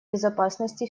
безопасности